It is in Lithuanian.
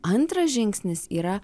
antras žingsnis yra